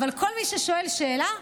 אבל כל מי ששואל שאלה,